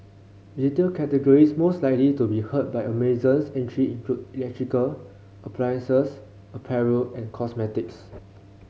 retail categories most likely to be hurt by Amazon's entry electrical appliances apparel and cosmetics